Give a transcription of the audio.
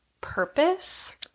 purpose